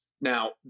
Now